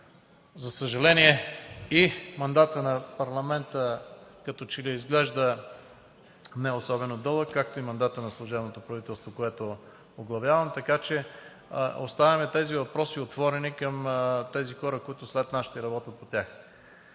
За съжаление, и мандатът на парламента като че ли изглежда не особено дълъг, както и мандатът на служебното правителство, което оглавявам. Така че оставяме тези въпроси отворени към онези хора, които след нас ще работят по тях.